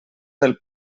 del